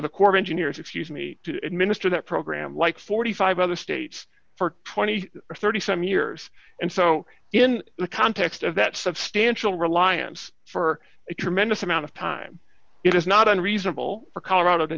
the corps of engineers refuse me to administer that program like forty five other states for two thousand and thirty some years and so in the context of that substantial reliance for a tremendous amount of time it is not unreasonable for colorado to